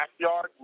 backyard